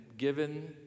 given